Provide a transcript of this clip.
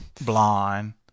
blonde